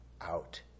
out